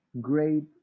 great